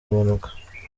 impanuka